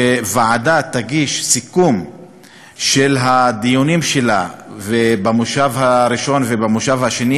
שוועדה תגיש סיכום של הדיונים שלה במושב הראשון ובמושב השני,